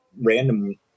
random